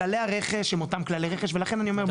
כללי הרכש הם אותם כללי רכש ולכן אני אומר,